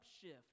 shift